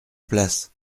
place